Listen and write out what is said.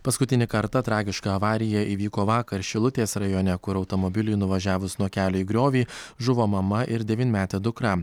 paskutinį kartą tragiška avarija įvyko vakar šilutės rajone kur automobiliui nuvažiavus nuo kelio į griovį žuvo mama ir devynmetė dukra